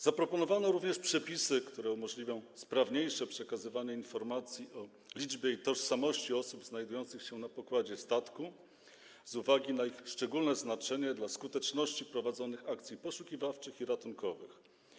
Zaproponowano również przepisy, które umożliwią sprawniejsze przekazywanie informacji o liczbie i tożsamości osób znajdujących się na pokładzie statku, z uwagi na ich szczególne znaczenie dla skuteczności prowadzonych akcji poszukiwawczych i ratunkowych.